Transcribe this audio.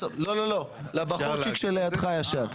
לא לא לא, לבחורצ'יק שלידך ישב.